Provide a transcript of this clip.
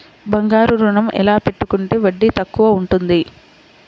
బంగారు ఋణం ఎలా పెట్టుకుంటే వడ్డీ తక్కువ ఉంటుంది?